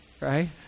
right